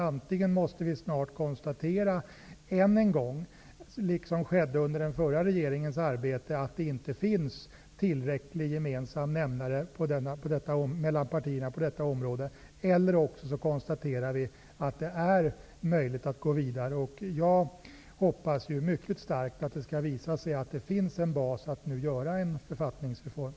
Antingen måste vi snart än en gång konstatera, liksom skedde under den förra regeringens arbete, att det inte finns en tillräcklig gemensam nämnare mellan partierna på detta område, eller också konstaterar vi att det är möjligt att gå vidare. Jag hoppas mycket starkt att det finns en bas för att nu genomföra en författningsreform.